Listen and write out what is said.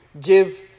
give